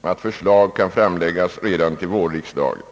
att förslag kan framläggas redan vid vårriksdagen.